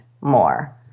more